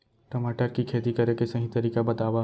टमाटर की खेती करे के सही तरीका बतावा?